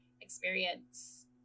experience